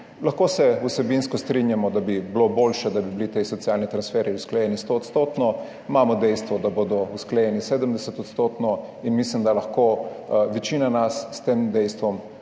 Lahko se vsebinsko strinjamo, da bi bilo boljše, da bi bili ti socialni transferji usklajeni 100-odstotno. Imamo dejstvo, da bodo usklajeni 70-odstotno in mislim, da nas lahko večina s tem dejstvom